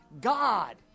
God